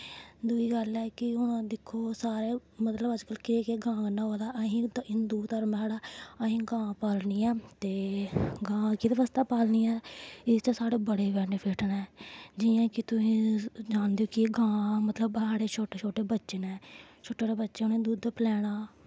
दुई गल्ल ऐ कि हून दिक्खो सारे मतलब अजकल्ल केह् केह् गौ कन्नै होआ दा असें हिन्दु धर्म ऐ साढ़ा असें गौ पालनी ऐ ते गौ केह्दे बास्ते पालनी ऐ इसदे सानू बड़े बैनिफिट न जि'यां तुस जानदे ओह् कि गौ दे शोटे शोटे बच्चे न शोटे शोटे बच्चे उ'नें गी दुद्ध पलैना